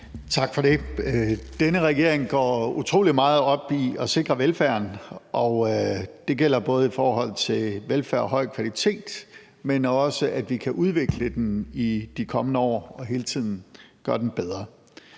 Tak for det. Denne regering går utrolig meget op i at sikre velfærden, og det gælder både i forhold til velfærd af høj kvalitet, men også, at vi kan udvikle den i de kommende år og hele tiden gøre den bedre.